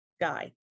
guy